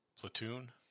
platoon